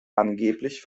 angeblich